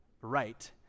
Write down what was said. right